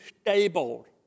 stable